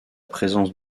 présence